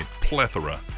plethora